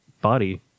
body